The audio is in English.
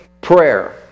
prayer